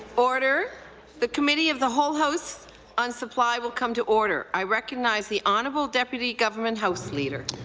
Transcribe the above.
order the committee of the whole house on supply will come to order i recognize the honourable deputy government house leader.